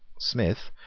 smith,